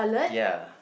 ya